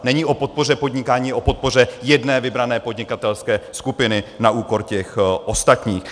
Není o podpoře podnikání, je o podpoře jedné vybrané podnikatelské skupiny na úkor těch ostatních.